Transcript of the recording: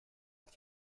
auf